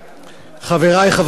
חברי חברי הכנסת,